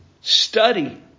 study